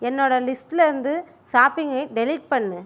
என்னோட லிஸ்ட்டில் இருந்து ஷாப்பிங்கை டெலீட் பண்ணு